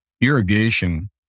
irrigation